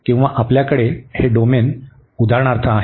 किंवा आपल्याकडे हे डोमेन उदाहरणार्थ आहे